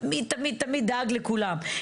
תמיד תמיד דאג לכולם,